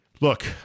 Look